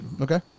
Okay